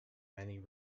many